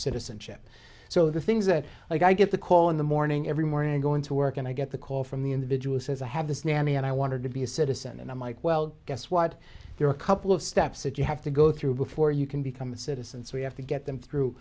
citizenship so the things that i get the call in the morning every morning going to work and i get the call from the individual says i have this nanny and i wanted to be a citizen and i'm like well guess what there are a couple of steps that you have to go through before you can become a citizen so we have to get them through